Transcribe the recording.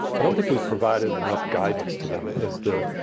i don't think we've provided enough guidance to them as the.